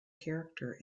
character